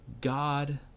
God